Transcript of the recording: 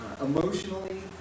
Emotionally